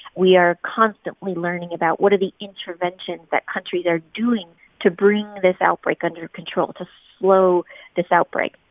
we are constantly learning about, what are the interventions that countries are doing to bring this outbreak under control, to slow this outbreak?